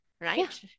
right